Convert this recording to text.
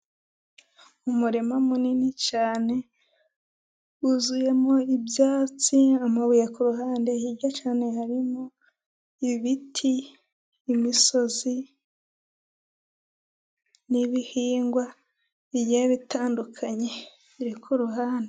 Umurima munini cyane, wuzuyemo ibyatsi, amabuye ku ruhande, hirya cyane harimo ibiti, imisozi, n'ibihingwa bigiye bitandukanye biri ku ruhande.